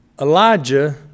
Elijah